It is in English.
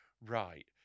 Right